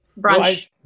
brunch